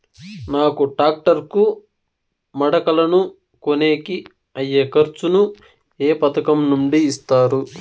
నాకు టాక్టర్ కు మడకలను కొనేకి అయ్యే ఖర్చు ను ఏ పథకం నుండి ఇస్తారు?